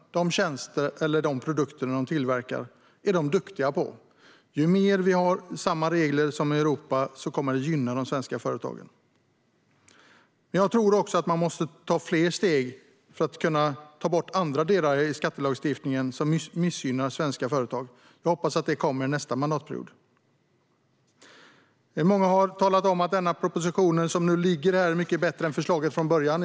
De tjänster eller de produkter som de tillverkar är de duktiga på. Ju mer våra regler är lika de som finns i Europa, desto mer kommer det att gynna de svenska företagen. Men jag tror också att man måste ta fler steg för att ta bort andra delar i skattelagstiftningen som missgynnar svenska företag. Jag hoppas att det kommer under nästa mandatperiod. Många har talat om att denna proposition som nu ligger på bordet är mycket bättre än vad förslaget var från början.